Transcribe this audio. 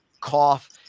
cough